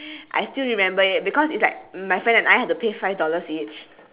I still remember it because it's like my friend and I had to pay five dollars each